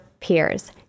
peers